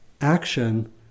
action